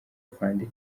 afande